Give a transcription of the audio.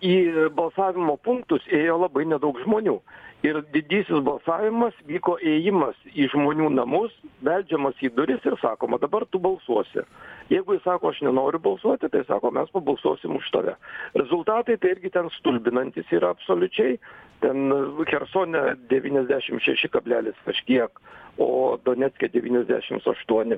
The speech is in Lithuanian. į balsavimo punktus ėjo labai nedaug žmonių ir didysis balsavimas vyko įėjimas į žmonių namus beldžiamasi į duris ir sakoma dabar tu balsuosi jeigu jis sako aš nenoriu balsuoti tai sako mes pabalsuosim už tave rezultatai tai irgi ten stulbinantys ir absoliučiai ten chersone devyniasdešim šeši kablelis kažkiek o donecke devyniasdešims aštuoni